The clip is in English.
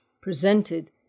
presented